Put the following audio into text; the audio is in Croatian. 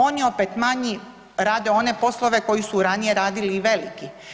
Oni opet manji rade one poslove koje su ranije radili i veliki.